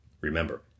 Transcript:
Remember